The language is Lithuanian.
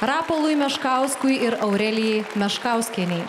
rapolui meškauskui ir aurelijai meškauskienei